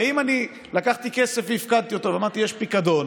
הרי אם אני לקחתי כסף והפקדתי אותו ואמרתי שיש פיקדון,